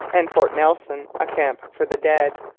and port nelson a camp for the dead.